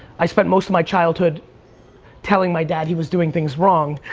i spent most of my childhood telling my dad he was doing things wrong,